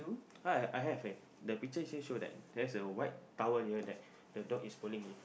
right I have eh the picture here shows that there's a white towel here that the dog is pulling it